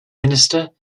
minister